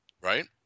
Right